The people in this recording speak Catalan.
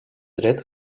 dret